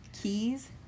keys